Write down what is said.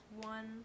one